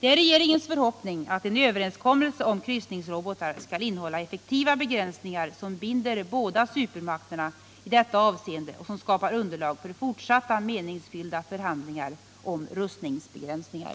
Det är regeringens förhoppning att en överenskommelse om kryssningsrobotar skall innehålla effektiva begränsningar som binder båda supermakterna i detta avseende och som skapar underlag för fortsatta meningsfyllda förhandlingar om rustningsbegränsningar.